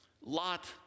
Lot